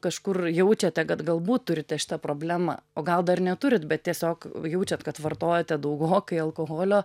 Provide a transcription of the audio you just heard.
kažkur jaučiate kad galbūt turite šitą problemą o gal dar neturit bet tiesiog jaučiat kad vartojate daugokai alkoholio